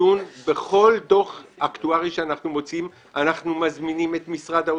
בכל דוח אקטוארי שאנחנו מוציאים אנחנו מזמינים את משרד האוצר,